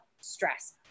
stress